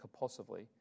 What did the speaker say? compulsively